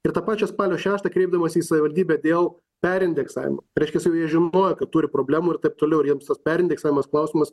ir tą pačią spalio šeštą kreipdavosi į savivaldybę dėl perindeksavimo reiškiasi jie žinojo kad turi problemų ir taip toliau ir jiems tas perindeksavimas klausimas